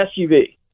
SUV